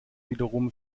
wiederum